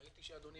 ראיתי שאדוני,